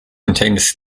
contains